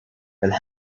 and